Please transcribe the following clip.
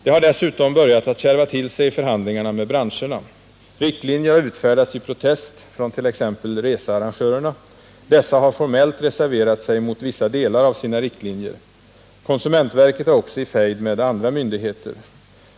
Det har dessutom börjat kärva till sig i förhandlingarna med branscherna. Riktlinjer har utfärdats i protest från t.ex. researrangörerna. Dessa har formellt reserverat sig mot vissa delar av sina riktlinjer. Konsumentverket är också i fejd med andra myndigheter.